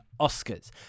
Oscars